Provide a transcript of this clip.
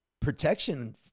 Protection